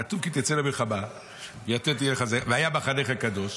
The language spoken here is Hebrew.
כתוב: "כי תצא למלחמה"; "והיה מחניך קדוש".